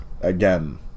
again